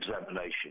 examination